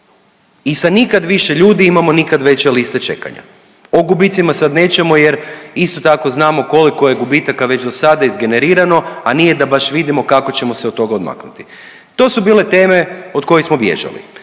i sa nikad više ljudi imamo nikad veće liste čekanja. O gubicima sad nećemo jer isto tako znamo koliko je gubitaka već do sada izgenerirano, a nije da baš vidimo kako ćemo se od toga odmaknuti. To su bile teme od kojih smo bježali.